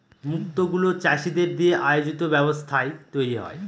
মুক্ত গুলো চাষীদের দিয়ে আয়োজিত ব্যবস্থায় তৈরী হয়